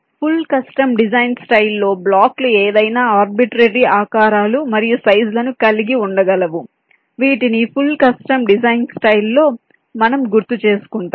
full custom design style లో బ్లాక్లు ఏదైనా ఆర్బిట్రేరీ ఆకారాలు మరియు సైజ్ లను కలిగి ఉండగలవు వీటిని ఫుల్ కస్టమ్ డిజైన్ స్టైల్ లో మనం గుర్తుచేసుకుంటాము